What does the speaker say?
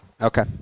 Okay